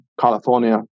California